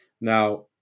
Now